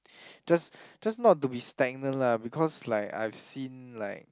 just just not to be stagnant lah because like I've seen like